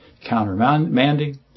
Countermanding